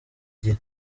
gihe